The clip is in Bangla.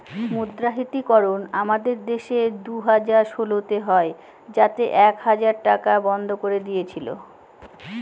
মুদ্রাহিতকরণ আমাদের দেশে দুই হাজার ষোলোতে হয় যাতে এক হাজার টাকা বন্ধ করে দিয়েছিল